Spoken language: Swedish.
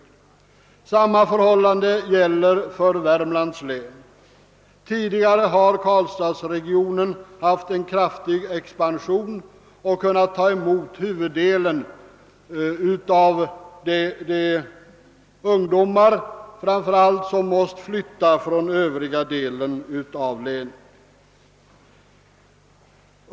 Samma förhållande gäller för Värmlands län. Tidigare har Karlstadsregionen haft en kraftig expansion och kunnat ta emot huvuddelen av de ungdomar som varit tvungna att flytta från övriga delen av länet.